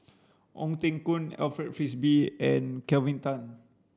Ong Teng Koon Alfred Frisby and Kelvin Tan